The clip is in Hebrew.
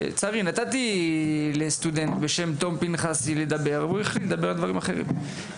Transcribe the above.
נתתי לסטודנט בשם תום פנחסי לדבר והוא החליט לדבר על דברים אחרים.